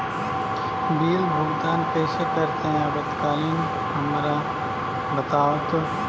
Bill भुगतान कैसे करते हैं आपातकालीन हमरा बताओ तो?